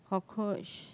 cockroach